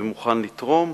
ומוכן לתרום,